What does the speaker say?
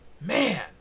Man